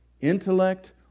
Intellect